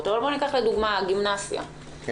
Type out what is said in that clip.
אבל בואו ניקח לדוגמה את הגימנסיה העברית.